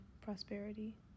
prosperity